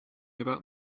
about